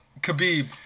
Khabib